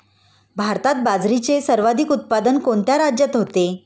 भारतात बाजरीचे सर्वाधिक उत्पादन कोणत्या राज्यात होते?